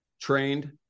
trained